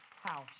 house